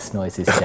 noises